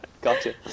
gotcha